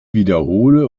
wiederhole